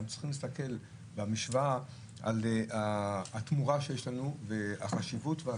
אנחנו צריכים להסתכל במשוואה על התמורה שיש לנו והחשיבות והשלכות,